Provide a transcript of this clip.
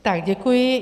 Tak děkuji.